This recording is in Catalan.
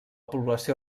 població